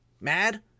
mad